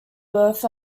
birth